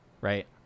right